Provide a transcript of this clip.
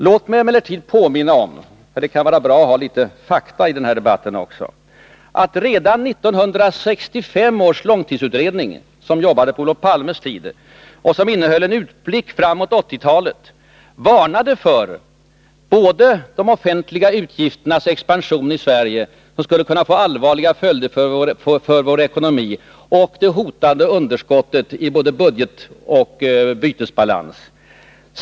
Låt mig emellertid påminna om — det kan vara bra att få med litet fakta i den här debatten — att redan 1965 års långtidsutredning, som alltså arbetade på Olof Palmes tid och som innehöll en utblick fram mot 1980-talet, varnade både för de offentliga utgifternas expansion i Sverige, som skulle kunna få allvarliga följder för vår ekonomi, och för det hotande underskottet i vår budgetoch bytesbalans.